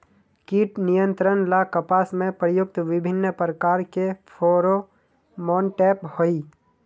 कीट नियंत्रण ला कपास में प्रयुक्त विभिन्न प्रकार के फेरोमोनटैप होई?